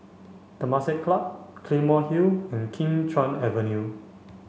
Temasek Club Claymore Hill and Kim Chuan Avenue